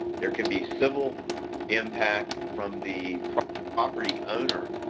there can be civil impact from the property owner,